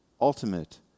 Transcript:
ultimate